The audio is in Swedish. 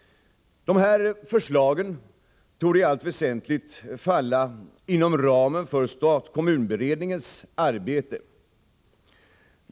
Förslagen torde i allt väsentligt falla inom ramen för stat-kommun-beredningens arbete.